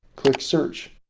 click search.